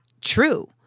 true